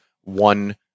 one